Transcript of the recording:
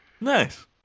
Nice